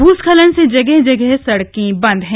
भूस्खलन से जगह जगह सड़कें बंद हैं